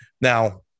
now